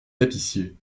tapissiers